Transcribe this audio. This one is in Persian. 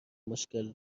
مشکل